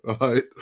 right